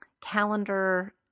calendar